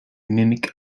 mimic